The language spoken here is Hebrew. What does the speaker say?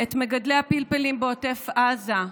את מגדלי הפלפלים בעוטף עזה?